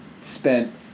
spent